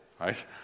right